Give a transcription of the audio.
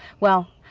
well.